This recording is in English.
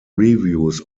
reviews